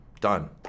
done